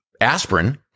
aspirin